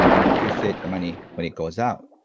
and appreciate the money when it goes out.